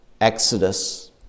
Exodus